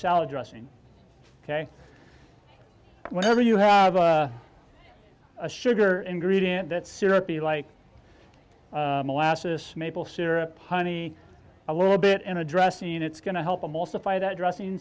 salad dressing ok whenever you have a sugar ingredient that syrup you like molasses maple syrup honey a little bit in addressing it's going to help them also fire that dressing